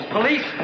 police